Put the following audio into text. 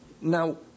Now